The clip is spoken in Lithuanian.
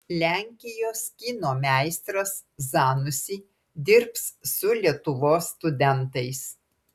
lenkijos kino meistras zanussi dirbs su lietuvos studentais